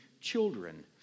children